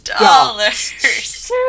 dollars